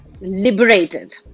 liberated